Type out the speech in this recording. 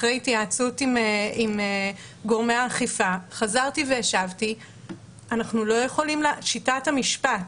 אחרי התייעצות עם גורמי האכיפה חזרתי והשבתי ששיטת המשפט